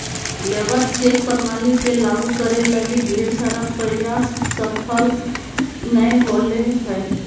labour check प्रणाली के लागु करे लगी ढेर सारा प्रयास सफल नय होले हें